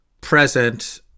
present